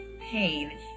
pain